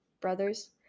brothers